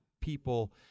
people